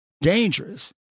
dangerous